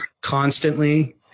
constantly